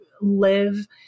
live